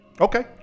okay